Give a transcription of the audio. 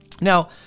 Now